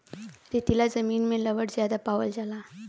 रेतीला जमीन में लवण ज्यादा पावल जाला